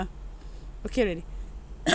okay already